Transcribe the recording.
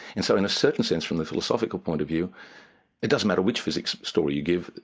and so in a certain sense from the philosophical point of view it doesn't matter which physics story you give,